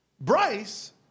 Bryce